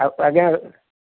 ଆଉ ଆଜ୍ଞା